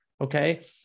Okay